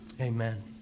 Amen